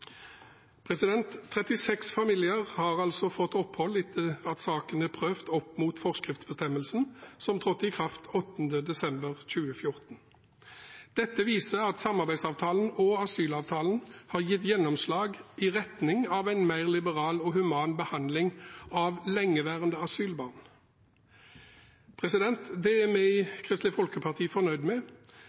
36 familier har altså fått opphold etter at sakene er prøvd mot forskriftsbestemmelsen, som trådte i kraft 8. desember 2014. Dette viser at samarbeidsavtalen og asylavtalen har gitt gjennomslag i retning av en mer liberal og human behandling av lengeværende asylbarn. Det er vi i Kristelig Folkeparti fornøyd med,